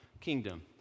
kingdom